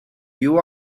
you